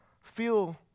feel